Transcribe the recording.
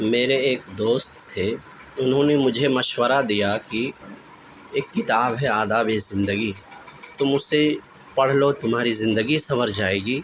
میرے ایک دوست تھے انہوں نے مجھے مشورہ دیا کہ ایک کتاب ہے آدابِ زندگی تم اسے پڑھ لو تمہاری زندگی سنور جائے گی